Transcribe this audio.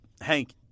Hank